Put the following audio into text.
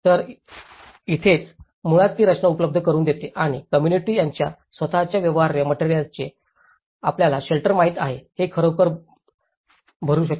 तर तिथेच मुळात ती रचना उपलब्ध करुन देते आणि कोम्मुनिटी त्यांच्या स्वत च्या व्यवहार्य मटेरिअल्साने आपल्याला शेल्टर माहित आहे हे खरोखर भरू शकते